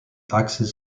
axes